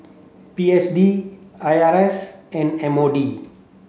P S D I R A S and M O D